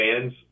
fans